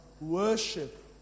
worship